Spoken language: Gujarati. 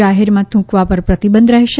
જાહેરમાં થૂંકવા પર પ્રતિબંધ રહેશે